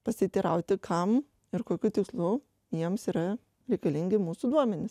pasiteirauti kam ir kokiu tikslu jiems yra reikalingi mūsų duomenys